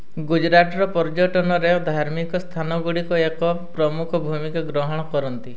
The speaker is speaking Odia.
ଗୁଜୁରାଟର ପର୍ଯ୍ୟଟନରେ ଧାର୍ମିକ ସ୍ଥାନଗୁଡ଼ିକ ଏକ ପ୍ରମୁଖ ଭୂମିକା ଗ୍ରହଣ କରନ୍ତି